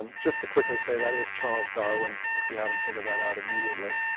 um just to quickly say, that is charles darwin, if you haven't figured that out immediately,